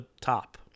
top